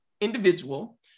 individual